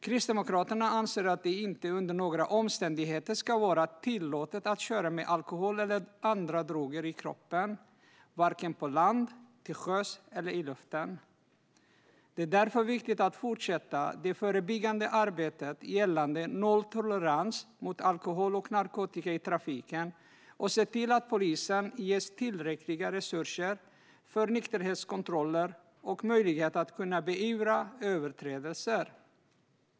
Kristdemokraterna anser att det inte under några omständigheter ska vara tillåtet att köra med alkohol eller andra droger i kroppen på land, till sjöss eller i luften. Det är därför viktigt att fortsätta det förebyggande arbetet gällande nolltolerans mot alkohol och narkotika i trafiken och se till att polisen ges tillräckliga resurser för nykterhetskontroller och möjlighet att beivra överträdelser.